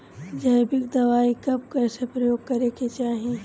जैविक दवाई कब कैसे प्रयोग करे के चाही?